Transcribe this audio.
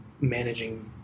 managing